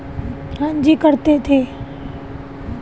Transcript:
विश्व व्यापार संगठन के सचिव और महानिदेशक जेनेवा में निवास करते हैं